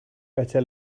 better